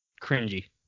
cringy